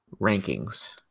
rankings